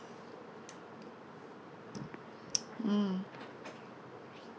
mm